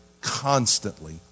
constantly